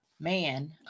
Man